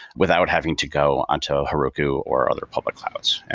without having to go unto heroku or other public clouds?